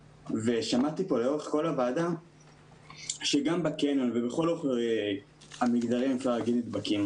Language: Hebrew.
שמעתי פה לאורך כל הדיון בוועדה שגם בקניון ובכל המגזרים נדבקים,